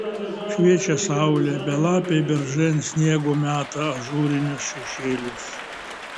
šviečia saulė belapiai beržai ant sniego meta ažūrinius šešėlius